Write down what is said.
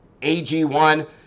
AG1